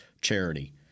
charity